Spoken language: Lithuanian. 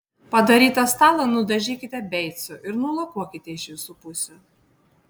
padarytą stalą nudažykite beicu ir nulakuokite iš visų pusių